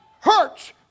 hurts